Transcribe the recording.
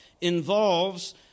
involves